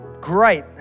great